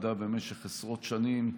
עבדה במשך עשרות שנים.